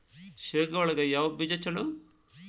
ಶೇಂಗಾ ಒಳಗ ಯಾವ ಬೇಜ ಛಲೋ?